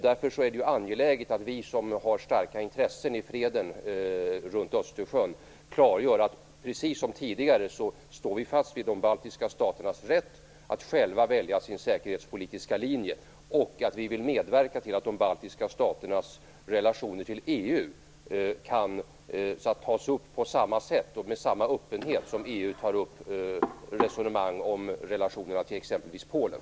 Därför är det angeläget att vi som har starka intressen i freden runt Östersjön klargör att vi, precis som tidigare, står fast vid de baltiska staternas rätt att själva välja sin säkerhetspolitiska linje och att vi vill medverka till att de baltiska staternas relationer till EU kan tas upp på samma sätt och med samma öppenhet som EU tar upp resonemang om relationerna till exempelvis Polen.